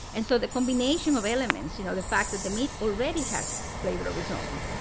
and so the combination of elements you know the fact that the meat already has flavor of its own,